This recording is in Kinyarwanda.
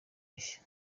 rishya